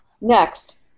Next